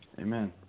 Amen